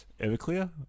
Everclear